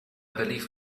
believe